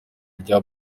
rya